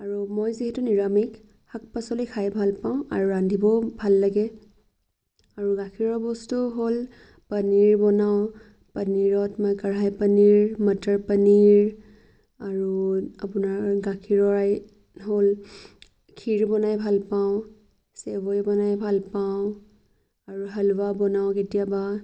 আৰু মই যিহেতু নিৰামিষ শাক পাচলি খাই ভাল পাওঁ আৰু ৰান্ধিবও ভাল লাগে আৰু গাখীৰৰ বস্তু হ'ল পনীৰ বনাওঁ পনীৰত মই কৰহাই পনীৰ মটৰ পনীৰ আৰু আপোনাৰ গাখীৰৰ এই হ'ল খীৰ বনাই ভাল পাওঁ চেৱৈ বনাই ভাল পাওঁ আৰু হালোৱা বনাওঁ কেতিয়াবা